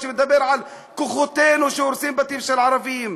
כשהוא מדבר על כוחותינו שהורסים בתים של ערבים.